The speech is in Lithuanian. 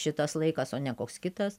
šitas laikas o ne koks kitas